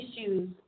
issues